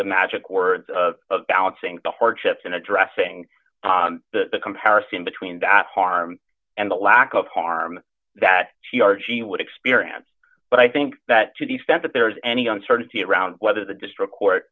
the magic words of balancing the hardships in addressing the comparison between that harm and the lack of harm that t r g would experience but i think that to the extent that there is any uncertainty around whether the district court